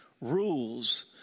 rules